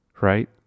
right